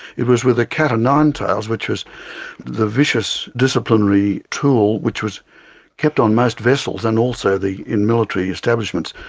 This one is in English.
it was with the cat o' nine tails, which was the vicious disciplinary tool which was kept on most vessels, and also in military establishments.